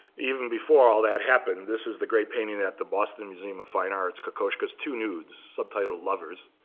even before all that happened, this is the great painting at the boston museum of fine arts, kokoschka's two nudes, subtitled, lovers,